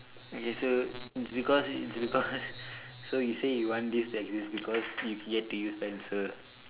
okay so it's because it's because so you say you want this to exist because you've yet to use pencil